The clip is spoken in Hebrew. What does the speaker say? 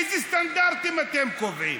אילו סטנדרטים אתם קובעים?